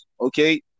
okay